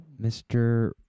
Mr